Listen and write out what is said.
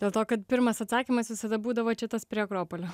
dėl to kad pirmas atsakymas visada būdavo čia tas prie akropolio